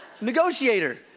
Negotiator